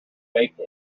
baked